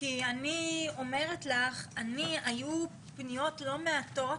כי אני אומרת לך, היו פניות לא מעטות